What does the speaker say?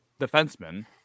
defenseman